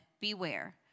Beware